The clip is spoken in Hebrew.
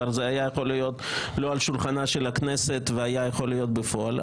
זה כבר היה יכול להיות לא על שולחנה של הכנסת והיה יכול להיות בפועל.